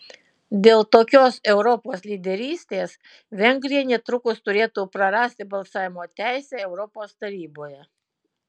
dėl tokios europos lyderystės vengrija netrukus turėtų prarasti balsavimo teisę europos taryboje